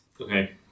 Okay